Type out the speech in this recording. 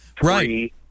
three